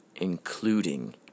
including